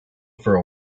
for